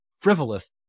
frivolous